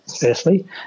firstly